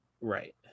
Right